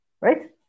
Right